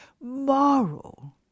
moral